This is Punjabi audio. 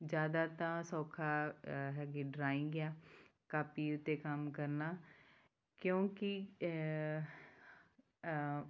ਜ਼ਿਆਦਾ ਤਾਂ ਸੌਖਾ ਹੈਗੀ ਡਰਾਇੰਗ ਆ ਕਾਪੀ ਉੱਤੇ ਕੰਮ ਕਰਨਾ ਕਿਉਂਕਿ